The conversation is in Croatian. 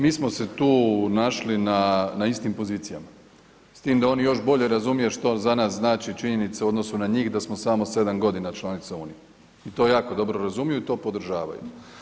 Mi smo se tu našli na, na istim pozicijama s tim da oni još bolje razumiju što za nas znači činjenica u odnosu na njih da smo samo 7.g. članica unije i to jako dobro razumiju i to podržavaju.